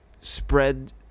spread